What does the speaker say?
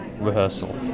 rehearsal